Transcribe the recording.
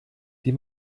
die